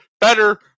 better